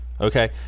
okay